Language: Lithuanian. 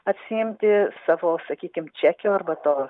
atsiimti savo sakykim čekio arba to